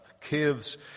caves